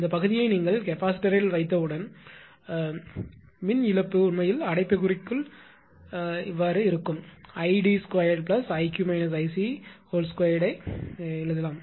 இந்த பகுதியை நீங்கள் கெபாசிட்டரில் வைத்தவுடன் இழப்பு உண்மையில் அடைப்புக்குறிக்குள் இரு க்கும் நான் 𝐼𝑑2 𝐼𝑞 − 𝐼𝑐 2 ஐ எழுத முடியும்